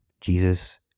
Jesus